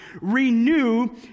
Renew